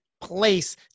place